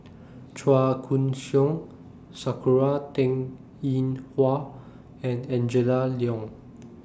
Chua Koon Siong Sakura Teng Ying Hua and Angela Liong